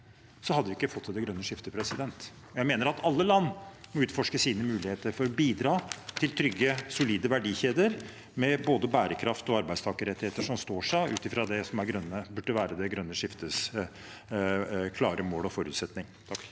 hadde vi ikke fått til det grønne skiftet. Jeg mener at alle land må utforske sine muligheter for å bidra til trygge, solide verdikjeder med både bærekraft og arbeidstakerrettigheter som står seg ut fra det som burde være det grønne skiftets klare mål og forutsetning.